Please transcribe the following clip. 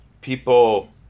people